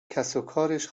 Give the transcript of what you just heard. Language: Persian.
کسوکارش